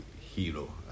hero